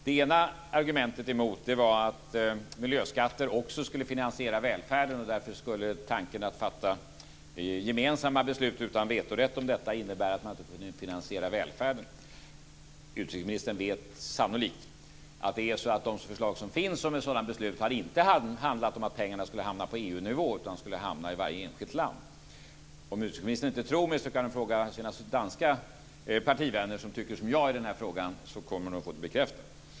Det ena argumentet emot var att miljöskatter också skulle finansiera välfärden och att tanken att fatta gemensamma beslut utan vetorätt om detta därför skulle innebära att man inte skulle kunna finansiera välfärden. Utrikesministern vet sannolikt att de förslag som finns om ett sådant beslut inte har handlat om att pengarna skulle hamna på EU-nivå utan i varje enskilt land. Om utrikesministern inte tror mig så kan hon fråga sina danska partivänner som tycker som jag i den här frågan. Då kommer hon att få det bekräftat.